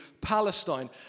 Palestine